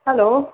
hello